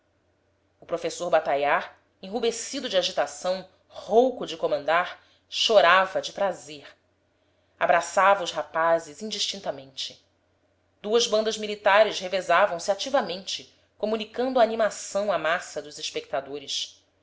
o professor bataillard enrubescido de agitação rouco de comandar chorava de prazer abraçava os rapazes indistintamente duas bandas militares revezavam se ativamente comunicando a animação à massa dos espectadores